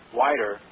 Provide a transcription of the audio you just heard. wider